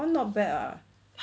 that one not bad [what]